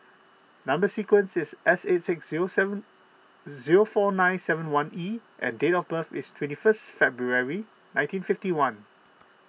Number Sequence is S eight six zero seven zero four nine seven one E and date of birth is twenty first February nineteen fifty one